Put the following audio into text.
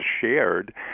shared